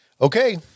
okay